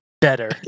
better